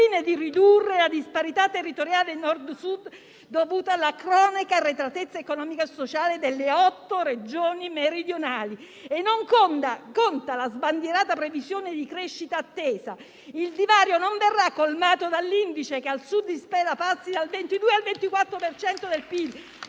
fine di ridurre la disparità territoriale tra Nord e Sud dovuta alla cronica arretratezza economica e sociale delle otto Regioni meridionali. Non conta la sbandierata previsione di crescita attesa; il divario non verrà colmato dall'indice che al Sud si spera passi dal 22 al 24 per